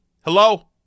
Hello